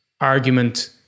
argument